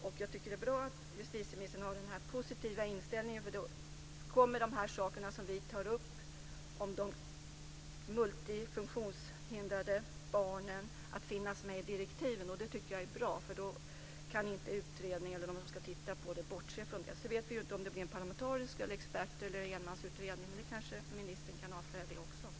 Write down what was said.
Det är bra att justitieministern har den här positiva inställningen, för då kommer de här sakerna som vi tar upp om de multifunktionshindrade barnen att finnas med i direktiven, och det tycker jag är bra. Då kan inte utredningen eller de som ska titta på detta bortse från den frågan. Sedan vet vi ju inte om det blir en parlamentarisk utredning, en expertutredning eller en enmansutredning, men ministern kanske kan avslöja det också.